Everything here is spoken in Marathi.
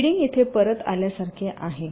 फीडिंग इथे परत आल्यासारखे आहे